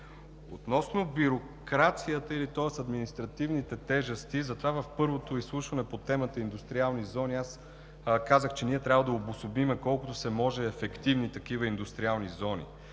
Относно бюрокрацията, тоест административните тежести. Затова в първото изслушване по темата „Индустриални зони“ аз казах, че трябва да обособим колкото се може такива ефективни индустриални зони,